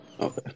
Okay